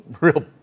real